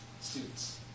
students